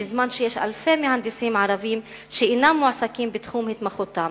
בזמן שיש אלפי מהנדסים ערבים שאינם מועסקים בתחום התמחותם.